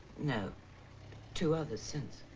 no two others since.